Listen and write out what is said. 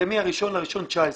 הרי מה-1 לינואר 2019,